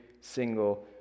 single